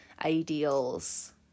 ideals